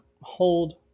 hold